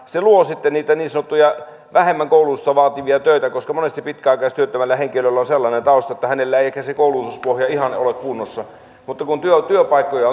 se luo sitten niitä niin sanottuja vähemmän koulutusta vaativia töitä koska monesti pitkäaikaistyöttömällä henkilöllä on sellainen tausta että hänellä ei ehkä se koulutuspohja ihan ole kunnossa mutta kun työpaikkoja